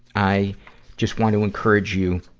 i just want to encourage you,